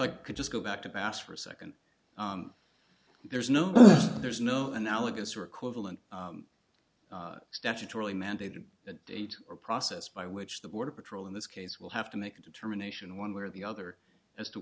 i could just go back to bass for a second there's no there's no analogous or equivalent statutorily mandated date or process by which the border patrol in this case will have to make a determination one way or the other as to